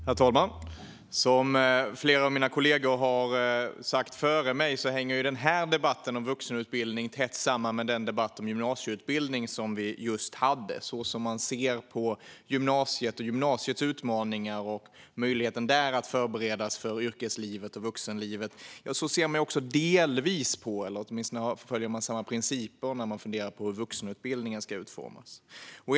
Herr talman! Som flera av mina kollegor har sagt före mig hänger den här debatten om vuxenutbildning tätt samman med den om gymnasieutbildning som vi just hade. Så som man ser på gymnasiet och dess utmaningar och möjligheten där att förberedas för yrkeslivet och vuxenlivet ser man också delvis på vuxenutbildningen när man funderar på hur den ska utformas - eller åtminstone följer man samma principer.